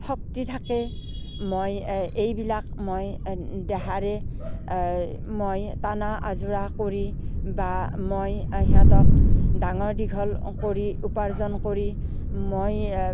শক্তি থাকে মই এইবিলাক মই দেহাৰে মই টনা আঁজোৰা কৰি বা মই সিহঁতক ডাঙৰ দীঘল কৰি উপাৰ্জন কৰি মই